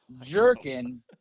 jerking